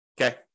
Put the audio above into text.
Okay